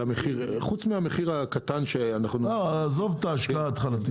חוץ מהמחיר הקטן שאנחנו --- עזוב את ההשקעה ההתחלתית.